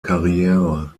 karriere